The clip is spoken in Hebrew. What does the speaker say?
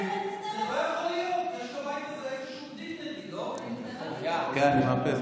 בבחירות האזוריות וחברי מרכז, 357, אנחנו יודעים.